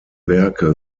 werke